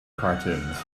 cartoons